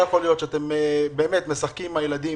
לא יכול להיות שאתם משחקים עם הילדים,